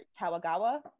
Tawagawa